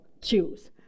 Choose